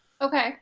Okay